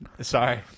sorry